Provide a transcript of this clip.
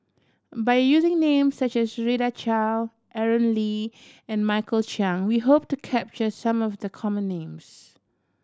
by using names such as Rita Chao Aaron Lee and Michael Chiang we hope to capture some of the common names